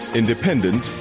independent